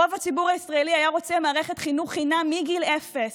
רוב הציבור הישראלי היה רוצה מערכת חינוך חינם מגיל אפס,